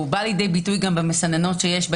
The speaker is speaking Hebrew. והוא בא לידי ביטוי גם במסננות שיש בה,